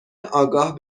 آگاه